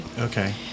Okay